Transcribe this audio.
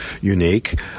unique